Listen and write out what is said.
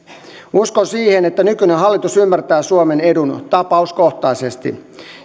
uskon siihen että nykyinen hallitus ymmärtää suomen edun tapauskohtaisesti